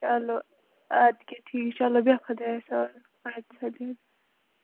چلو اَدٕ کیٛاہ ٹھیٖک چلو بیٚہہ خۄدایَس حوال اَدٕ سا بِہِو